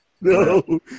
No